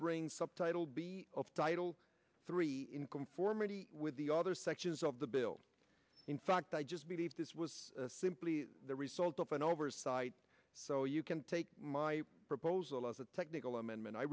bring subtitle of title three in conformity with the other sections of the bill in fact i just believe this was simply the result of an oversight so you can take my proposal as a technical amendment i